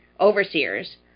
overseers